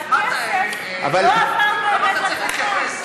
אבל הכסף לא עבר באמת לצפון,